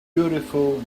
beautiful